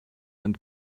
and